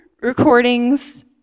Recordings